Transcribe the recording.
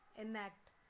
enact